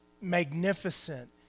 magnificent